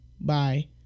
bye